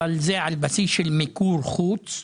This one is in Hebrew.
אבל זה על בסיס מיקור חוץ.